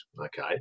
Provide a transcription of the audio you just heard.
okay